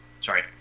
Sorry